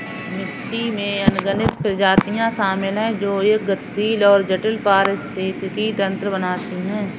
मिट्टी में अनगिनत प्रजातियां शामिल हैं जो एक गतिशील और जटिल पारिस्थितिकी तंत्र बनाती हैं